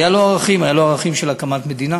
היו לו ערכים, היו לו ערכים של הקמת מדינה,